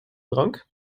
drank